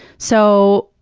so,